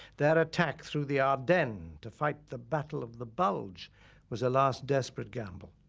their attack through the ardennes to fight the battle of the bulge was a last, desperate gamble.